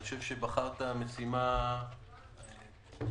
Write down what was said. אני חושב שבחרת משימה מהחשובות.